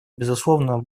безусловно